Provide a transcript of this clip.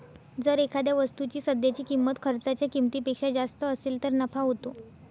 जर एखाद्या वस्तूची सध्याची किंमत खर्चाच्या किमतीपेक्षा जास्त असेल तर नफा होतो